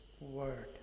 word